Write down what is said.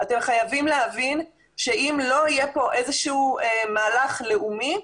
אתם חייבים להבין שאם לא יהיה פה מהלך לאומי,